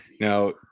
Now